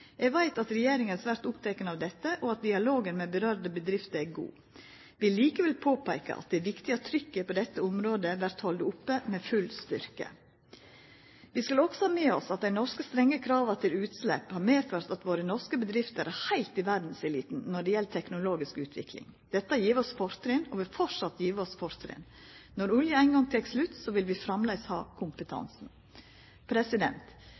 Eg veit at regjeringa er svært oppteken av dette, og at dialogen med dei bedrifter det gjeld, er god. Eg vil likevel påpeika at det er viktig at trykket på dette området vert halde oppe med full styrke. Vi skal også ha med oss at dei norske strenge krava til utslepp har medført at våre norske bedrifter er heilt i verdseliten når det gjeld teknologisk utvikling. Dette har gjeve oss fortrinn og vil framleis gjeva oss fortrinn. Når olja ein gong tek slutt, vil vi framleis ha